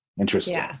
interesting